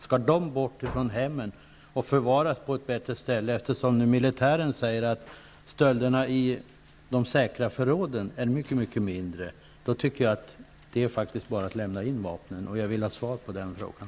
Skall de bort från hemmen och förvaras på ett bättre ställe? Militären säger nu att stölderna i de säkra förråden har mycket mindre omfattning. Jag tycker därför att det bara är att lämna in vapnen. Jag vill ha ett svar på den frågan.